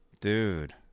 dude